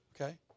okay